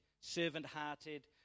servant-hearted